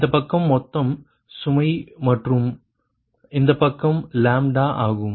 இந்த பக்கம் மொத்த சுமை மற்றும் இந்த பக்கம் ஆகும்